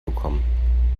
bekommen